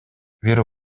бир